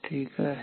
ठीक आहे